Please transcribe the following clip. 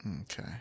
Okay